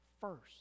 first